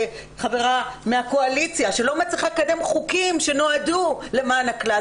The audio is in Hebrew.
חברה מהקואליציה לא מצליחה לקדם חוקים שנועדו למען הכלל.